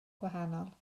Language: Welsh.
gwahanol